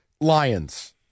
Lions